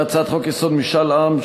והצעת חוק-יסוד: משאל עם,